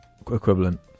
equivalent